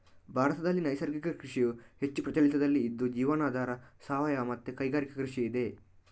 ಭಾರತದಲ್ಲಿ ನೈಸರ್ಗಿಕ ಕೃಷಿಯು ಹೆಚ್ಚು ಪ್ರಚಲಿತದಲ್ಲಿ ಇದ್ದು ಜೀವನಾಧಾರ, ಸಾವಯವ ಮತ್ತೆ ಕೈಗಾರಿಕಾ ಕೃಷಿ ಇದೆ